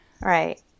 Right